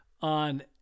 on